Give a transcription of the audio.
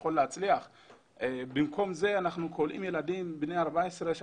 שהילד יכול להצליח אבל במקום זה אנחנו כולאים ילדים בני 14 כאשר